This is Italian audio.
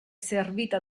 servita